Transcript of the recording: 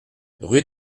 rue